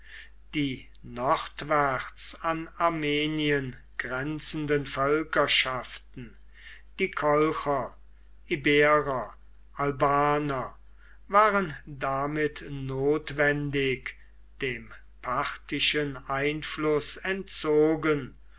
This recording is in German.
die nordwärts an armenien grenzenden völkerschaften die kolcher iberer albaner waren damit notwendig dem parthischen einfluß entzogen